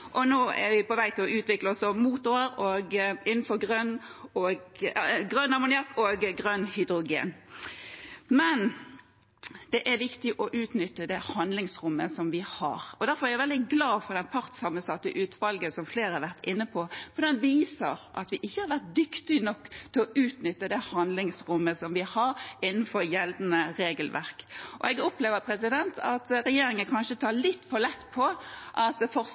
og nå er vi også på vei til å utvikle motorer innenfor grønn ammoniakk og grønn hydrogen. Men det er viktig å utnytte det handlingsrommet vi har, og derfor er jeg veldig glad for det partssammensatte utvalget, som flere har vært inne på, for det viser at vi ikke har vært dyktige nok til å utnytte det handlingsrommet vi har innenfor gjeldende regelverk. Jeg opplever at regjeringen kanskje tar litt for lett på at